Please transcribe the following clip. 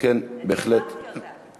אני העברתי אותה.